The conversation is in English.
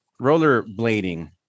rollerblading